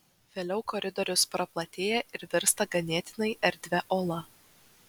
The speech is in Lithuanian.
vėliau koridorius praplatėja ir virsta ganėtinai erdvia ola